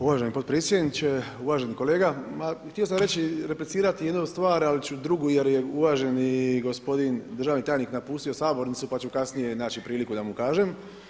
Uvaženi potpredsjedniče, uvaženi kolega ma htio sam reći, replicirati jednu stvar ali ću drugu jer je uvaženi gospodin državni tajnik napustio sabornicu pa ću kasnije naći priliku da mu kažem.